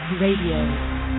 Radio